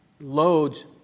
loads